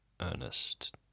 Ernest